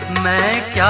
make yeah